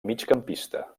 migcampista